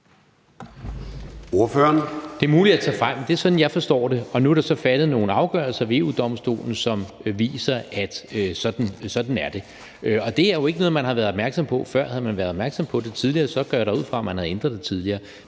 Det er muligt, jeg tager fejl, men det er sådan, jeg forstår det. Og nu er der så faldet nogle afgørelser ved EU-Domstolen, som viser, at sådan er det. Det er jo ikke noget, man har været opmærksom på før. Havde man været opmærksom på det tidligere, går jeg da ud fra, at man havde ændret det tidligere.